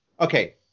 okay